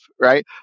right